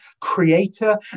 creator